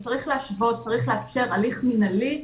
צריך להשוות ולאפשר הליך מנהלי.